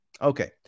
Okay